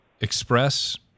express